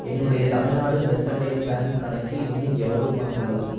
என்னுடைய Tamil Nadu mercantile bank கணக்கில் இன்னும் எவ்வளவு பணம் உள்ளது